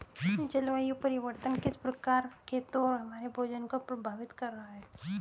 जलवायु परिवर्तन किस प्रकार खेतों और हमारे भोजन को प्रभावित कर रहा है?